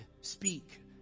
speak